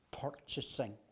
purchasing